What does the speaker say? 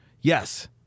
Yes